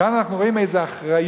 כאן אנחנו רואים איזו אחריות